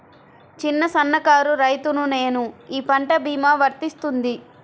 చిన్న సన్న కారు రైతును నేను ఈ పంట భీమా వర్తిస్తుంది?